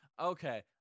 okay